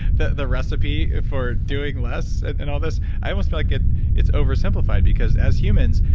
the the recipe for doing less and all this? i almost feel like ah it's over-simplified, because as humans.